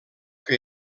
que